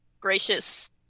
gracious